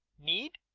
need?